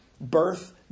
birth